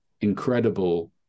incredible